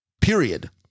period